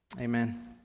Amen